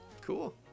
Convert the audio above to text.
cool